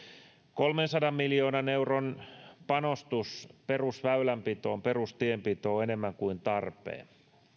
kolmensadan miljoonan euron panostus perusväylänpitoon perustienpitoon on enemmän kuin tarpeen